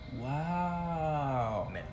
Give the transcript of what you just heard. wow